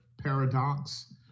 paradox